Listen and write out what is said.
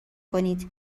کنید